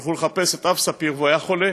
הלכו לחפש את רב ספיר והוא היה חולה,